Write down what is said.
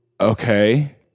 Okay